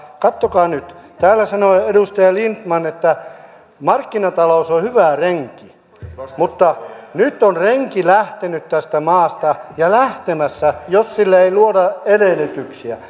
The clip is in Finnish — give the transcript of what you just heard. katsokaa nyt täällä sanoo edustaja lindtman että markkinatalous on hyvä renki mutta nyt on renki lähtenyt tästä maasta ja lähtemässä jos sille ei luoda edellytyksiä